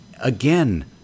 Again